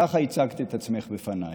כך הצגת את עצמך לפניי.